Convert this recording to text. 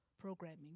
programming